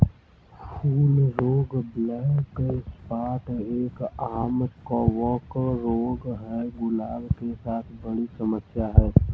फूल रोग black spot एक, आम कवक रोग है, गुलाब के साथ बड़ी समस्या है